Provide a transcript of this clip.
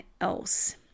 else